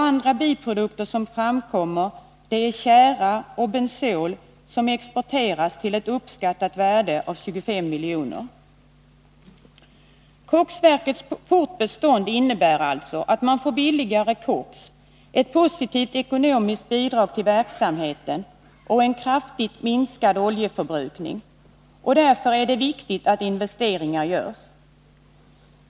Andra biprodukter är tjära och bensol, som exporteras till ett uppskattat värde av 25 miljoner. Koksverkets fortbestånd innebär alltså att man får billigare koks, ett positivt ekonomiskt bidrag till verksamheten och en kraftigt minskad oljeförbrukning. Därför är det viktigt att investeringar görs.